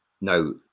Now